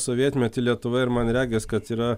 sovietmetį lietuvoje ir man regis kad yra